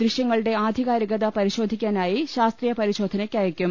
ദൃശ്യങ്ങളുടെ ആധികാരികത പരിശോധിക്കാനായി ശാസ്ത്രീയ പരിശോധനക്ക് അയക്കും